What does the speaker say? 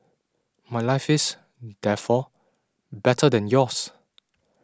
my life is therefore better than yours